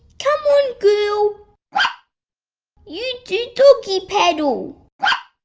come on girl you do doggy paddle